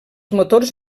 motors